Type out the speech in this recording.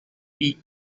eat